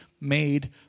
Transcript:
made